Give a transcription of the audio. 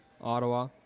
Ottawa